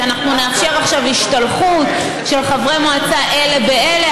שאנחנו נאפשר עכשיו השתלחות של חברי מועצה אלה באלה.